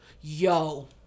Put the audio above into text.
Yo